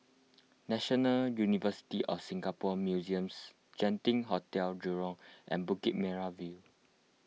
National University of Singapore Museums Genting Hotel Jurong and Bukit Merah View